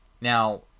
Now